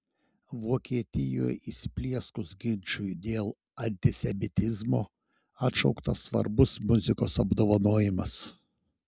vokietijoje įsiplieskus ginčui dėl antisemitizmo atšauktas svarbus muzikos apdovanojimas